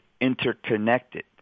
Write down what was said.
interconnected